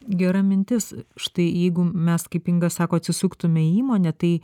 gera mintis štai jeigu mes kaip inga sako atsisuktume į įmonę tai